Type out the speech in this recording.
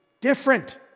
different